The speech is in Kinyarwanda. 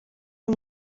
uyu